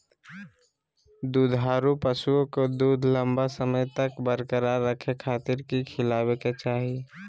दुधारू पशुओं के दूध लंबा समय तक बरकरार रखे खातिर की खिलावे के चाही?